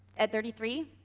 at thirty three,